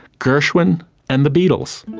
gershwin and the beatles.